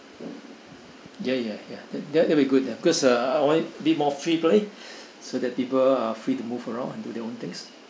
ya ya ya that'd be good because uh I want it a bit more freeplay so that people are free to move around and do their own things